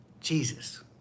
Jesus